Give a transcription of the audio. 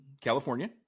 California